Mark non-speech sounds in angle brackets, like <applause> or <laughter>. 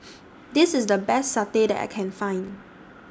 <noise> This IS The Best Satay that I Can Find